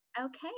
Okay